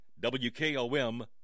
WKOM